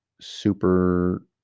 super